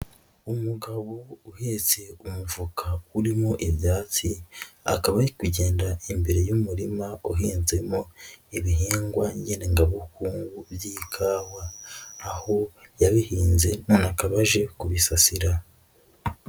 Umugabo uhetse umufuka urimo ibyatsi akaba ari kugenda imbere y'umurima uhinzemo ibihingwa ngengabukungu by'ikawa aho yabihinze none akaba abaje kubisasira.